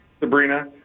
Sabrina